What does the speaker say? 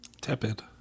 Tepid